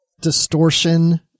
distortion